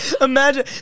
Imagine